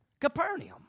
Capernaum